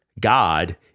God